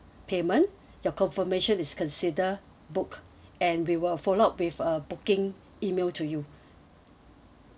payment your confirmation is consider booked and we will follow up with a booking email to you